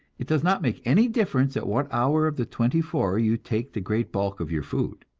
it does not make any difference at what hour of the twenty-four you take the great bulk of your food.